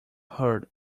heard